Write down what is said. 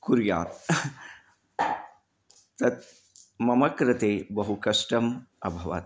कुर्यात् तत् मम कृते बहुकष्टम् अभवत्